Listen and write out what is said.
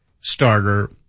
starter